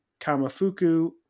Kamafuku